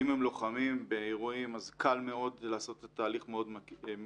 אם הם לוחמים באירועים אז קל מאוד לעשות תהליך מאוד מואץ,